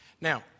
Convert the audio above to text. now